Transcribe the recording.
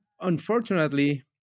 unfortunately